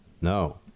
No